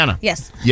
Yes